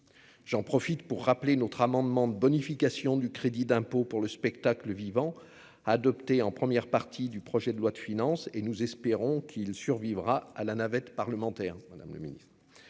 j'en profite pour rappeler notre amendement de bonification du crédit d'impôt pour le spectacle vivant, adopté en première partie du projet de loi de finances et nous espérons qu'il survivra à la navette parlementaire,